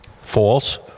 False